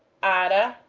and